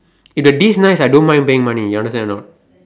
if the dish nice I don't mind paying money you understand or not